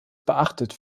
beachtet